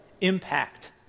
impact